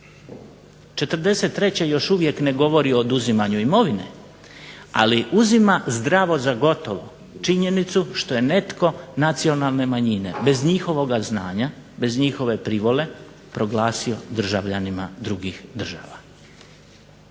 '43. još uvijek ne govori o oduzimanju imovine, ali uzima zdravo za gotovo činjenicu što je netko nacionalne manjine bez njihovoga znanja, bez njihove privole proglasio državljanima drugih država.